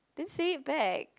then say it back